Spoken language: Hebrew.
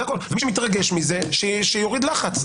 ומי שמתרגש מזה שיוריד לחץ.